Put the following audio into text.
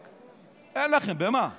אין לכם במה לעסוק.